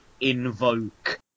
invoke